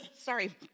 sorry